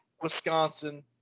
Wisconsin